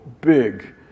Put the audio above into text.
big